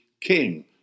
king